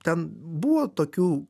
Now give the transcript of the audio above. ten buvo tokių